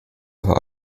aber